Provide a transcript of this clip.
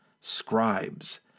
scribes